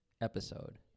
episode